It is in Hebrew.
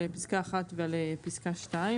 על פסקה (1) ועל פסקה (2),